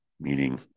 meaning